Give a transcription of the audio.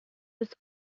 was